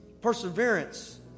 perseverance